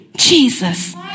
Jesus